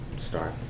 start